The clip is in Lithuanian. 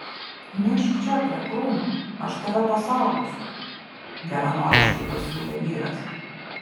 myžk čia prie krūmo aš tave pasaugosiu geranoriškai pasiūlė vyras